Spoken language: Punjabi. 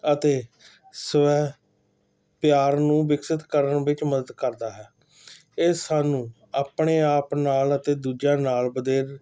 ਅਤੇ ਸਵੈ ਪਿਆਰ ਨੂੰ ਵਿਕਸਿਤ ਕਰਨ ਵਿੱਚ ਮਦਦ ਕਰਦਾ ਹੈ ਇਹ ਸਾਨੂੰ ਆਪਣੇ ਆਪ ਨਾਲ ਅਤੇ ਦੂਜਿਆਂ ਨਾਲ ਵਧੇਰੇ